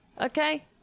okay